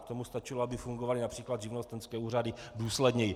K tomu stačilo, aby fungovaly například živnostenské úřady důsledněji.